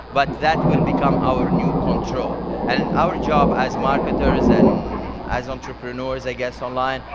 but that will become our new control. and and our job, as marketers and as entrepreneurs, i guess online,